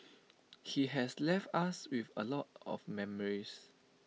he has left us with A lot of memories